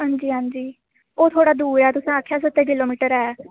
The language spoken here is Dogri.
हांजी हांजी ओह् थोह्ड़ा दूर ऐ तुसें आखेआ स्हत्तर किलोमीटर ऐ्